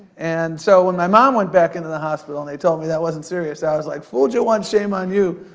and so, when my mom went back into the hospital, and they told me that it wasn't serious, i was like, fooled you once, shame on you.